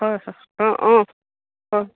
হয় হয় অঁ অঁ হয়